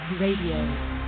Radio